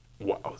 wow